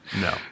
No